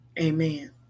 Amen